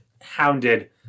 Hounded